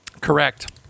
Correct